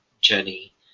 journey